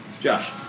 Josh